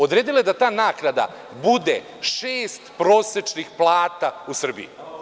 Odredila je da ta naknada bude šest prosečnih plata u Srbiji.